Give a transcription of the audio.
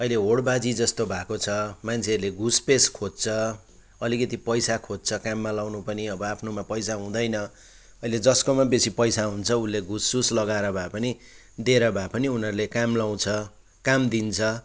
अहिले होडबाजी जस्तो भएको छ मान्छेहरूले घुसपेस खोज्छ अलिकति पैसा खोज्छ काममा लगाउनु पनि अब आफ्नोमा पैसा हुँदैन अहिले जसकोमा बसी पैसा हुन्छ उसले घुससुस लगाएर भए पनि दिएर भए पनि उनीहरूले काम लगाउँछ काम दिन्छ